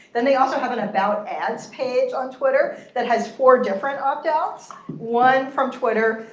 then they also have an about ads page on twitter that has four different opt outs. one from twitter,